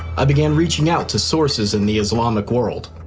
i began reaching out to sources in the islamic world.